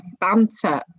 banter